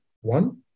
one